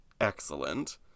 excellent